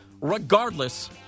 regardless